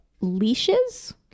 leashes